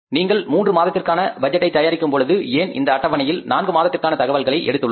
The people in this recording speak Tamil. நீங்கள் மூன்று மாதத்திற்கான பட்ஜெட்டை தயாரிக்கும் பொழுது ஏன் இந்த அட்டவணையில் நான்கு மாதத்திற்கான தகவல்களை எடுத்துள்ளோம்